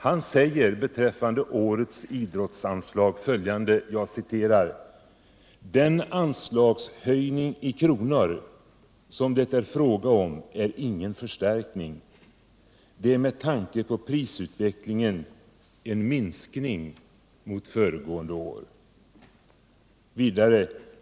Han säger beträffande årets idrottsanslag följande: Den anslagshöjning i kronor som det är fråga om är ingen förstärkning — det är med tanke på prisutvecklingen en minskning mot föregående år.